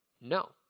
No